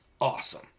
awesome